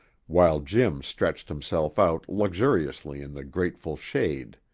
while jim stretched himself out luxuriously in the grateful shade.